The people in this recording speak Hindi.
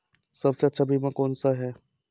सबसे अच्छा बीमा कौन सा है?